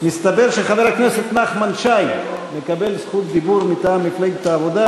מסתבר שחבר הכנסת נחמן שי מקבל רשות דיבור מטעם מפלגת העבודה,